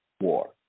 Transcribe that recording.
war